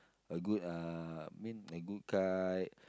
a good uh I mean a good kite